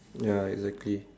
ya exactly